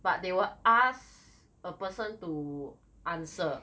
but they will ask a person to answer